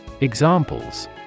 Examples